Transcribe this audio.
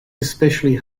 especially